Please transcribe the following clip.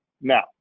Now